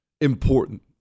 important